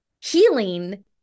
healing